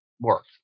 work